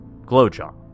Glowjaw